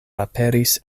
aperis